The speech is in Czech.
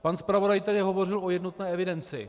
Pan zpravodaj tady hovořil o jednotné evidenci.